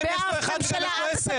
אי אפשר להוציא נבצרות.